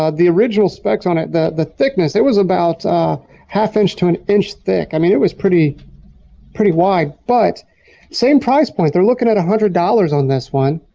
ah the original specs on it, the the thickness, it was about half-inch to an inch thick. i mean it was pretty pretty wide but same price point. they are looking at one hundred dollars on this one.